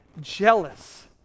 jealous